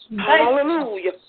Hallelujah